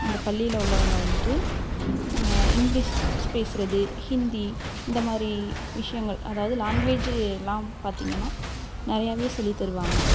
அந்த பள்ளியில் உள்ளவங்க வந்துட்டு இங்கிலீஷ் பேசுறது ஹிந்தி இந்த மாதிரி விஷயங்கள் அதாவது லாங்குவேஜுலாம் பார்த்திங்கன்னா நிறையாவே சொல்லித் தருவாங்க